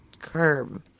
curb